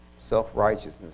self-righteousness